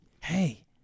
hey